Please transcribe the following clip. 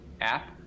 app